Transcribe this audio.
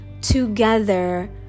together